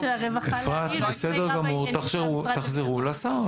הרווחה --- אפרת, בסדר גמור, תחזרו לשר.